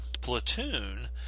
Platoon